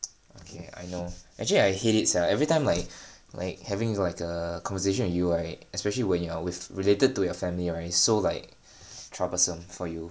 okay I know actually I hate it sia everytime like like having like a conversation with you right especially when you're with related to your family right is so like troublesome for you